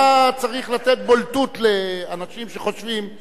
למה צריך לתת בולטות לאנשים שחושבים,